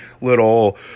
little